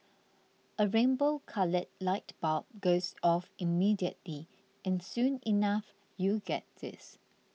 a rainbow coloured light bulb goes off immediately and soon enough you get this